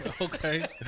Okay